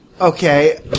Okay